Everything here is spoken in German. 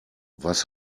was